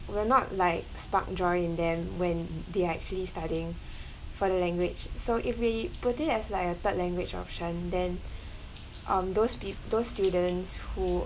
will not like spark joy in them when they're actually studying for the language so if we put it as like a third language option then um those pe~ those students who